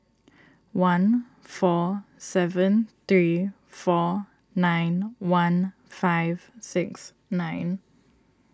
one four seven three four nine one five six nine